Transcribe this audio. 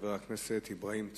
חבר הכנסת אברהים צרצור,